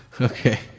Okay